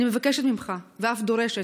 אני מבקשת ממך, ואף דורשת: